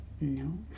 No